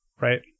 Right